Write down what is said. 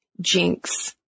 jinx